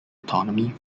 autonomy